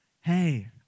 Hey